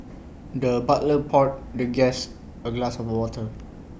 the butler poured the guest A glass of water